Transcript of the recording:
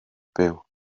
byw